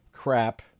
crap